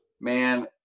man